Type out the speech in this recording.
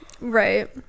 Right